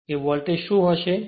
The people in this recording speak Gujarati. તે અહીં વોલ્ટેજ શું હશે